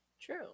True